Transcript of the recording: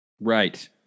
Right